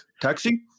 Taxi